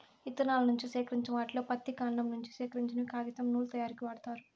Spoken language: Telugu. ఇత్తనాల నుంచి సేకరించిన వాటిలో పత్తి, కాండం నుంచి సేకరించినవి కాగితం, నూలు తయారీకు వాడతారు